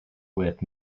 with